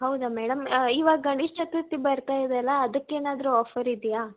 ಹೌದಾ ಮೇಡಮ್ ಇವಾಗ ಗಣೇಶ ಚತುರ್ಥಿ ಬರ್ತಾಯಿದೆ ಅಲ್ವಾ ಅದಕ್ಕೇನಾದರೂ ಆಫರಿದೆಯಾ